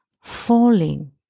falling